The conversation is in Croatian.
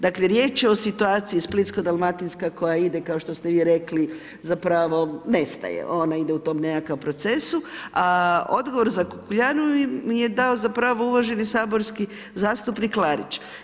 Dakle, riječ je o situaciji Splitsko-dalmatinska koja ide, kao što ste vi rekli, zapravo nestaje, ona ide u tom nekakvom procesu, a odgovor za Kukuljanovo mi je dao zapravo uvaženi saborski zastupnik Klarić.